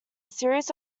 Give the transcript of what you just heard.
series